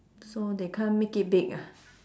so they can't make it big ah